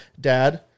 dad